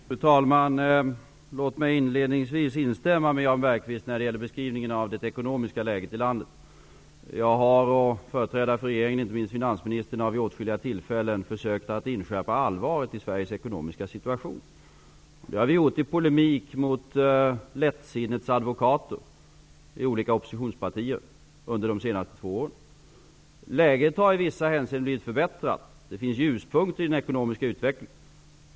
Fru talman! Låt mig inledningsvis instämma med Jan Bergqvist när det gäller beskrivningen av det ekonomiska läget i landet. Jag och andra företrädare för regeringen, inte minst finansministern, har vid åtskilliga tillfällen försökt att inskärpa allvaret i Sveriges ekonomiska situation. Det har vi gjort i polemik mot lättsinnesadvokater i olika oppositionspartier under de senaste två åren. Läget har i vissa hänseenden förbättrats. Det finns ljuspunkter i den ekonomiska utvecklingen.